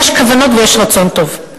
יש כוונות ויש רצון טוב.